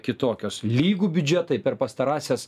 kitokios lygų biudžetai per pastarąsias